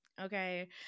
okay